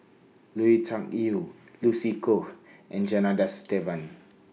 Lui Tuck Yew Lucy Koh and Janadas Devan